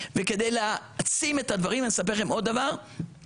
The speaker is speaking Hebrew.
וכדי להעצים את הדברים אספר לכם עוד דבר,